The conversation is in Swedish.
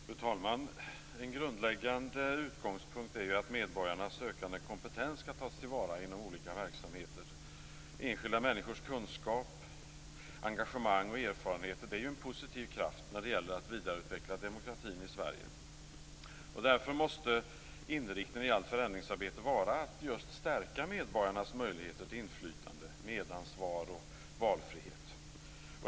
Fru talman! En grundläggande utgångspunkt är att medborgarnas ökande kompetens tas till vara inom olika verksamheter. Enskilda människors kunskap, engagemang och erfarenheter är en positiv kraft när det gäller att vidareutveckla demokratin i Sverige. Därför måste inriktningen i allt förändringsarbete vara att just stärka medborgarnas möjligheter till inflytande, medansvar och valfrihet.